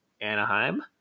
Anaheim